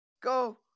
go